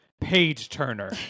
page-turner